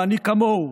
ואני כמוהו,